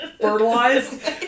fertilized